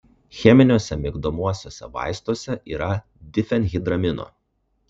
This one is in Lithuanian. cheminiuose migdomuosiuose vaistuose yra difenhidramino